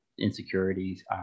Insecurities